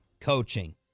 coaching